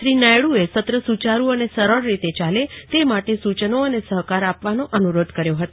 શ્રી નાયડુએ સત્ર સુચારૂ અને સરળ રીતે ચાલે તે માટે સૂચનો અને સહકાર આપવાનો અનુરોધ કર્યો હતો